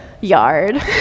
yard